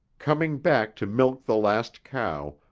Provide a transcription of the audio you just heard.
coming back to milk the last cow,